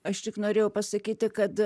aš tik norėjau pasakyti kad